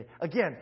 Again